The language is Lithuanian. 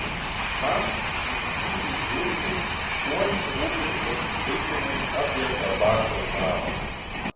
man kaip knygų žiurkei tuoj rūpi pasiskaitymai apie tabako žalą